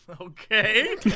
Okay